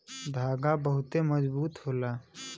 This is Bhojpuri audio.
धागा बहुते मजबूत होला